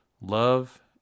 Love